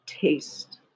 taste